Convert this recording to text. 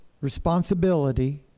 responsibility